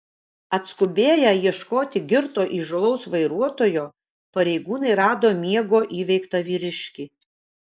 atskubėję ieškoti girto įžūlaus vairuotojo pareigūnai rado miego įveiktą vyriškį